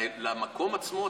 את המקום עצמו,